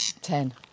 Ten